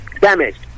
damaged